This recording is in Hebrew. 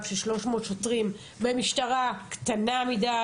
של שלוש מאות שוטרים ומשטרה קטנה מדי,